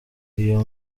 iyo